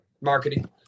Marketing